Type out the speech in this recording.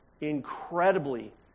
incredibly